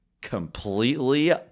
completely